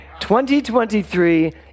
2023